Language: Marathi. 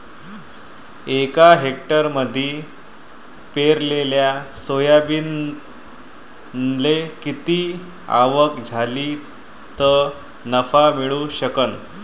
एका हेक्टरमंदी पेरलेल्या सोयाबीनले किती आवक झाली तं नफा मिळू शकन?